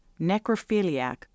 necrophiliac